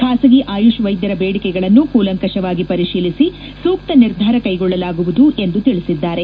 ಖಾಸಗಿ ಆಯುಷ್ ವೈದ್ಯರ ಬೇಡಿಕೆಗಳನ್ನು ಕೂಲಂಕುಷವಾಗಿ ಪರಿಶೀಲಿಸಿ ಸೂಕ್ತ ನಿರ್ಧಾರ ಕೈಗೊಳ್ಳಲಾಗುವುದು ಎಂದು ತಿಳಿದ್ದಾರೆ